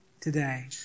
today